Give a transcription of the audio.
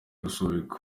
gusubikwa